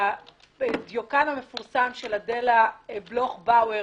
שהדיון המפורסם של אדלה בלוך באואר,